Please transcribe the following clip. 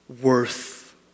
Worth